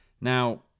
Now